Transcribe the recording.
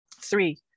Three